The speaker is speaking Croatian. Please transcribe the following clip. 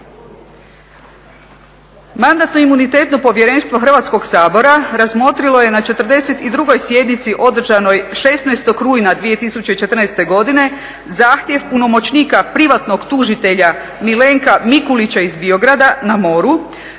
Mandatno-imunitetno povjerenstvo Hrvatskog sabora razmotrilo je na 42. sjednici održanoj 16. rujna 2014. godine zahtjev punomoćnika privatnog tužitelja Milenka Mikulića iz Biograda na moru